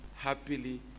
Happily